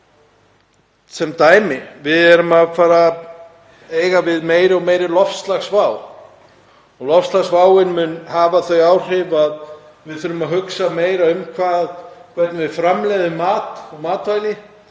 Sem dæmi erum við að fara að eiga við meiri og meiri loftslagsvá. Loftslagsváin mun hafa þau áhrif að við þurfum að hugsa meira um hvernig við framleiðum mat og matvæli.